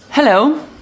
Hello